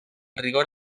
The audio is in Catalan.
rigor